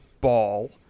ball